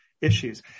issues